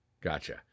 Gotcha